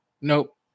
Nope